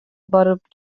барып